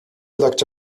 looked